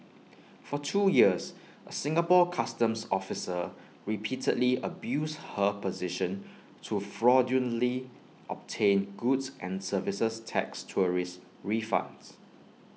for two years A Singapore Customs officer repeatedly abused her position to fraudulently obtain goods and services tax tourist refunds